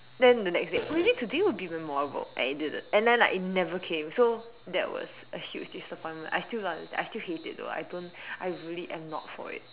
then the next day maybe today will be memorable and it didn't and then like it never came so that was a huge disappointment I still don't understand I still hate it though I don't I really am not for it